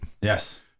Yes